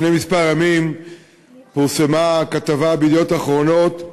לפני כמה ימים פורסמה ב"ידיעות אחרונות"